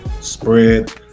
spread